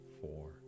four